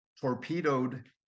torpedoed